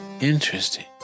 Interesting